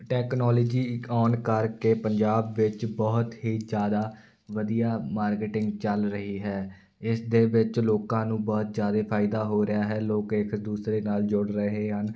technology ਇੱਕ ਆਉਣ ਕਰਕੇ ਪੰਜਾਬ ਵਿੱਚ ਬਹੁਤ ਹੀ ਜ਼ਿਆਦਾ ਵਧੀਆ ਮਾਰਕੀਟਿੰਗ ਚੱਲ ਰਹੀ ਹੈ ਇਸ ਦੇ ਵਿੱਚ ਲੋਕਾਂ ਨੂੰ ਬਹੁਤ ਜ਼ਿਆਦਾ ਫਾਇਦਾ ਹੋ ਰਿਹਾ ਹੈ ਲੋਕ ਇੱਕ ਦੂਸਰੇ ਨਾਲ ਜੁੜ ਰਹੇ ਹਨ